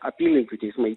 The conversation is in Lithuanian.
apylinkių teismai